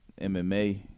MMA